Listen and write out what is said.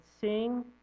sing